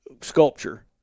sculpture